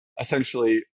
essentially